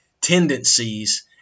tendencies